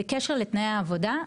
בקשר לתנאי העבודה.